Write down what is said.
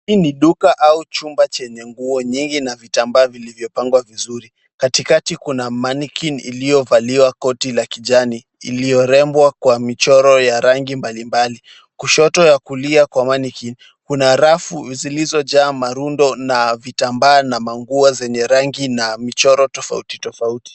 Hili ni duka au chumba chenye nguo nyingi na vitambaa vilivyopangwa vizuri. Katikati kuna manikin iliyovalia koti la kijani iliyorembwa kwa michoro ya rangi mbalimbali. Kushoto ya kulia kwa manikin, kuna rafu zilizojaa marundo na vitambaa n an manguo zenye rangi na michoro tofauti tofauti.